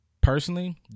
Personally